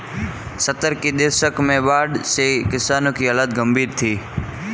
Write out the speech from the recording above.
सत्तर के दशक में बाढ़ से किसानों की हालत गंभीर थी